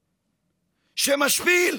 שמשפיל,